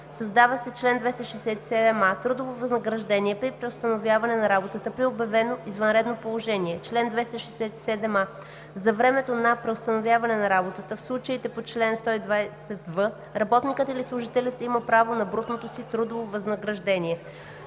Създава се чл. 267а: „Трудово възнаграждение при преустановяване на работата при обявено извънредно положение Чл. 267а. За времето на преустановяване на работата в случаите по чл. 120в работникът или служителят има право на брутното си трудово възнаграждение.“